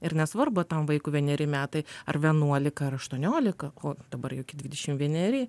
ir nesvarbu tam vaikui vieneri metai ar vienuolika ar aštuoniolika o dabar jau dvidešim vieneri